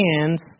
hands